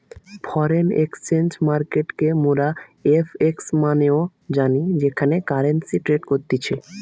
foreign exchange মার্কেটকে মোরা FX নামেও জানি যেখানে কারেন্সি ট্রেড করতিছে